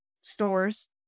stores